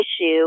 issue